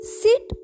sit